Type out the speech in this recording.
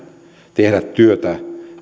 tehdä työtä